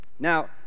Now